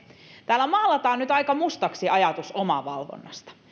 täällä maalataan nyt aika mustaksi ajatus omavalvonnasta